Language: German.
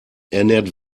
ernährt